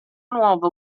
nuovo